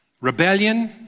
Rebellion